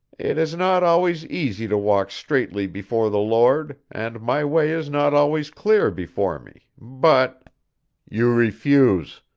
it is not always easy to walk straightly before the lord, and my way is not always clear before me, but you refuse!